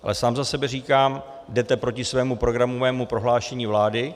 Ale sám za sebe říkám, jdete proti svému programovému prohlášení vlády.